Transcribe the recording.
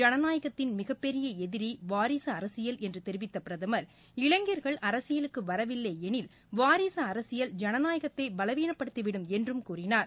ஜனநாயகத்தின் மிகப்பெரிய எதிரி வாரிக அரசியல் என்று தெரிவித்த பிரதமர் இளைஞர்கள் அரசியலுக்கு வரவில்லை எனில் வாரிசு அரசியல் ஜனநாயகத்தை பலவீனப்படுத்தி விடும் என்றும் கூறினார்